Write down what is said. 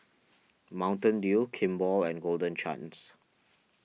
Mountain Dew Kimball and Golden Chance